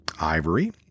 ivory